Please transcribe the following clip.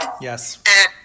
Yes